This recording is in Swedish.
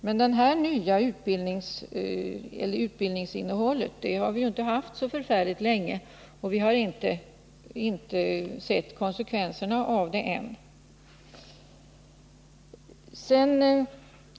— Men det här nya utbildningsinnehållet har vi ju inte haft så förfärligt länge, och vi har inte sett konsekvenserna av det än.